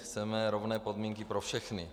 Chceme rovné podmínky pro všechny.